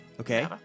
Okay